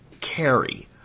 carry